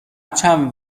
چند